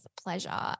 pleasure